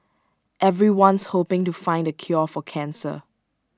everyone's hoping to find the cure for cancer